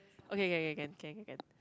okay okay can can can